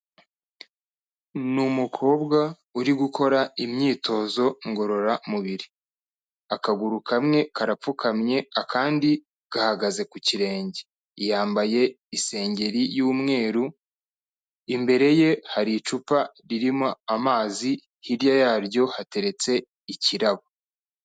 Ni umukobwa uri gukora imyitozo ngororamubiri, akaguru kamwe karapfukamye akandi gahagaze ku kirenge, yambaye isengeri y'umweru, imbere ye hari icupa ririmo amazi, hirya yaryo hateretse ikirabo.